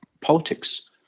politics